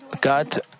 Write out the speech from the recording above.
God